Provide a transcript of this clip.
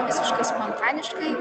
visiškai spontaniškai